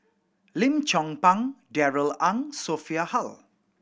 Lim Chong Pang Darrell Ang Sophia Hull